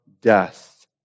death